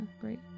great